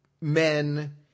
men